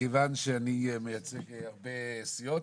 מכיוון שאני מייצג הרבה סיעות,